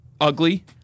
ugly